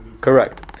correct